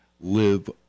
live